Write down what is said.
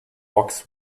box